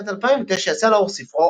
בשנת 2009 יצא לאור ספרו,